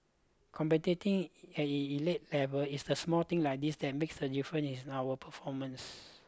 competing at an elite level it's the small things like this that makes the difference in our performance